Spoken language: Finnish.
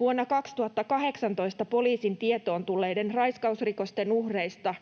Vuonna 2018 poliisin tietoon tulleiden raiskausrikosten uhreista